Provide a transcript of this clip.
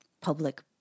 public